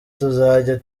tuzajya